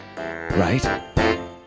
Right